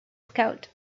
scout